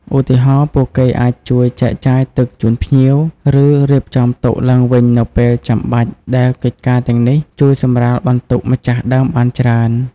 ឧទាហរណ៍ ពួកគេអាចជួយចែកចាយទឹកជូនភ្ញៀវ ឬ រៀបចំតុឡើងវិញនៅពេលចាំបាច់ដែលកិច្ចការទាំងនេះជួយសម្រាលបន្ទុកម្ចាស់ដើមបានច្រើន។